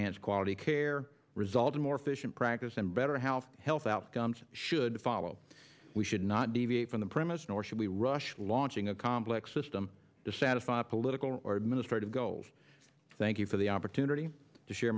enhanced quality care result in more efficient practice and better health health outcomes should follow we should not deviate from the premise nor should we rush launching a complex system to satisfy political or administrative goals thank you for the opportunity to share